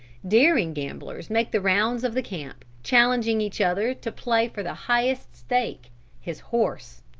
daring gamblers make the rounds of the camp, challenging each other to play for the highest stake his horse,